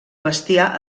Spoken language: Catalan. bestiar